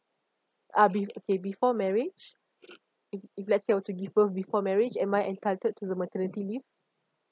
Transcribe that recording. uh be okay before marriage if if let's say were to give birth before marriage am I entitled to the maternity leave